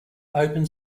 open